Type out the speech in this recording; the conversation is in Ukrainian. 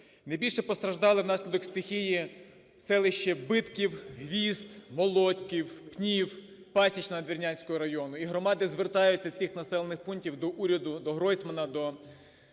Найбільше постраждали внаслідок стихії селища: Битків, Гвізд, Молодків, Пнів, Пасічна Надвірнянського району. І громади звертаються цих населених пунктів до уряду, до Гройсмана, до